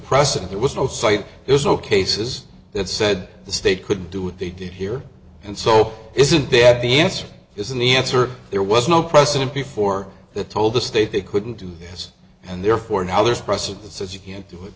precedent there was no cite there's no cases that said the state could do what they did here and so isn't that the answer isn't the answer there was no precedent before that told the state they couldn't do this and therefore now there's precedent that says you can't do it